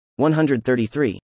133